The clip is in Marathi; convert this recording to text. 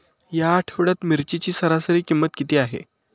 या आठवड्यात मिरचीची सरासरी किंमत किती आहे?